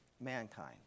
mankind